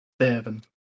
Seven